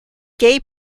gay